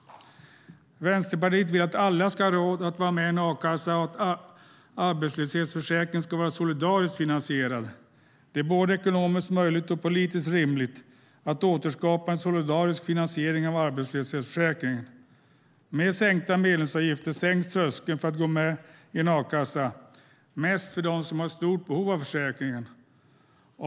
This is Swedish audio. Vänsterpartiet vill att alla ska ha råd att vara med i en a-kassa och att arbetslöshetsförsäkringen ska vara solidariskt finansierad. Det är både ekonomiskt möjligt och politiskt rimligt att återskapa en solidarisk finansiering av arbetslöshetsförsäkringen. Med sänkta medlemsavgifter sänks tröskeln för att gå med i en a-kassa mest för dem som har stort behov av försäkringen.